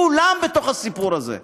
כולם בתוך הסיפור הזה.